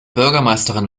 bürgermeisterin